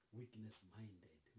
weakness-minded